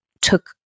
took